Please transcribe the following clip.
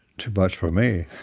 too much for me